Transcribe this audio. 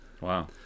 Wow